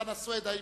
אני